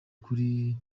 kuri